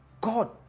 God